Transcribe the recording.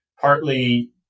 partly